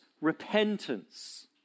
repentance